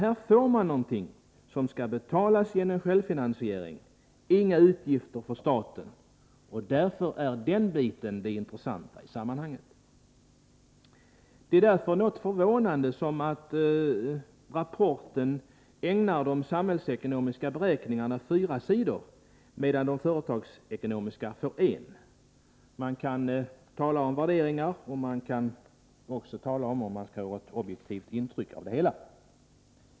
Här får man någonting som skall betalas genom självfinansiering och således inte medför några utgifter för staten. Det är mot denna bakgrund något förvånande att rapporten ägnar de samhällsekonomiska beräkningarna fyra sidor, medan de företagsekonomiska ägnas en. Man kan här tala om värderingar. Man kan också undra om detta är ett uttryck för objektivitet.